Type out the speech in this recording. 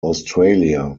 australia